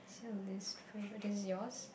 what's your least favourite this is yours